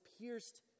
pierced